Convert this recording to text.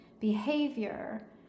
behavior